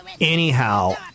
anyhow